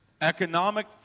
Economic